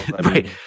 right